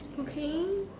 okay